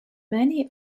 many